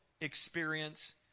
experience